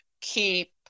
keep